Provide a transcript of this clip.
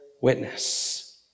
witness